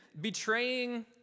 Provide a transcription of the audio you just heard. betraying